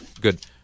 Good